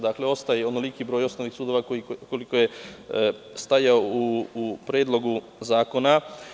Dakle, ostaje onoliki broj osnovnih sudova koliko je stajalo u predlogu zakona.